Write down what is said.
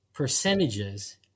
percentages